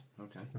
okay